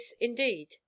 indeed